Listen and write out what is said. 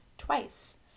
twice